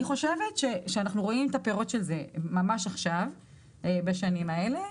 אני חושבת שאנחנו רואים את הפירות של זה ממש בשנים האלה.